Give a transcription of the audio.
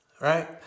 right